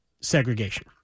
segregation